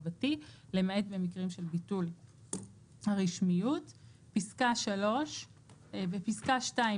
למעט במקרים של ביטול רשמיות; (3)בפסקה (2),